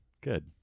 Good